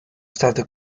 state